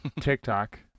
TikTok